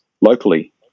locally